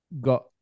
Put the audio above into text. got